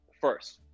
first